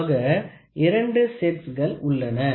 ஆக 2 செட்ஸ்கள் உள்ளன